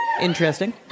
Interesting